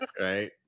right